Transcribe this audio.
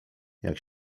jak